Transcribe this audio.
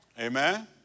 Amen